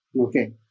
okay